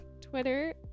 Twitter